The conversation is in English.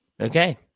Okay